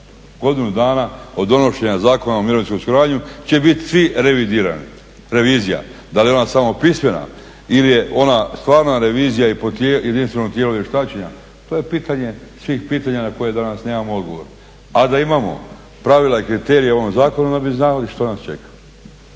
godinu dana od donošenja Zakona o mirovinskom osiguranju će biti svi revidirani, revizija. Da li je ona samo pismena ili je ona stvarna revizija i jedinstveno tijelo vještačenja to je pitanje svih pitanja na koje danas nemamo odgovor. A da imamo pravila i kriterije u ovom zakonu onda bi znali što nas čeka.